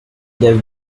des